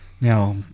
Now